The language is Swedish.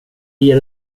ger